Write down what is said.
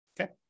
okay